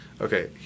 okay